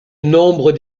nombre